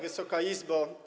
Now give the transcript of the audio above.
Wysoka Izbo!